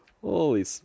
Holy